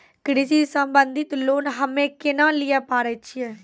कृषि संबंधित लोन हम्मय केना लिये पारे छियै?